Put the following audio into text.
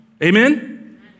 Amen